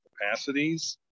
capacities